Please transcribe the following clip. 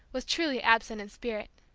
was totally absent in spirit.